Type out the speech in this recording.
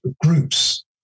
groups